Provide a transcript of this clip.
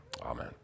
amen